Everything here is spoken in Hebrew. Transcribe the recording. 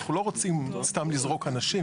אנחנו לא רוצים סתם לזרוק אנשים.